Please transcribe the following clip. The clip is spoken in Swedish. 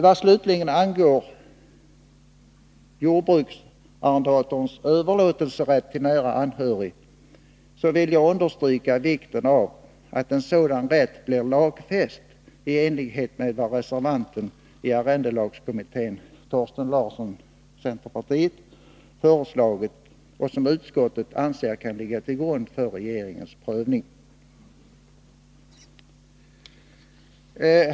Vad så angår jordbruksarrendatorns överlåtelserätt till nära anhörig vill jag framhålla betydelsen av att en sådan rätt blir lagfäst i enlighet med vad reservanten i arrendelagskommittén, Thorsten Larsson , föreslagit och som utskottet anser kan ligga till grund för regeringens prövning.